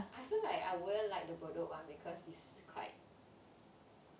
but I feel like I wouldn't like the bedok [one] because it's quite